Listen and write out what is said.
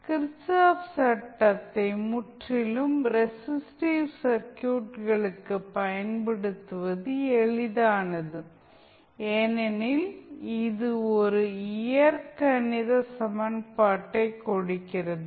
Kirchhoff சட்டத்தை kirchhoffs law முற்றிலும் resistive சர்க்யூட்களுக்கு பயன்படுத்துவது எளிதானது ஏனெனில் இது ஒரு இயற்கணித சமன்பாட்டை கொடுக்கிறது